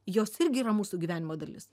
jos irgi yra mūsų gyvenimo dalis